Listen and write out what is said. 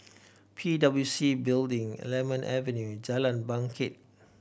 P W C Building Lemon Avenue Jalan Bangket